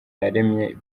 yaremye